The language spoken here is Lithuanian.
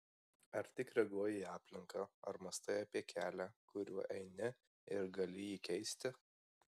ar tik reaguoji į aplinką ar mąstai apie kelią kuriuo eini ir gali jį keisti